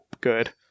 good